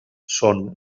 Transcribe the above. són